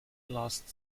last